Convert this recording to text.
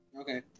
Okay